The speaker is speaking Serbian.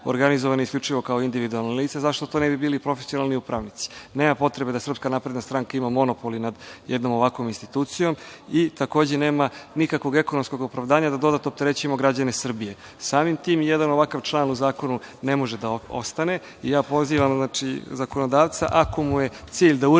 organizovane isključivo kao individualna lica. Zašto to ne bi bili i profesionalni upravnici? Nema potrebe da SNS ima monopol i nad jednom ovakvom institucijom. Takođe, nema nikakvog ekonomskog opravdanja da dodatno opterećujemo građane Srbije. Samim tim, jedan ovakav član u zakonu ne može da ostane. Ja pozivam zakonodavca, ako mu je cilj da uredi